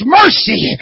mercy